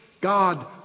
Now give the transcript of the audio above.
God